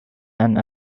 and